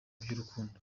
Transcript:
bw’urukundo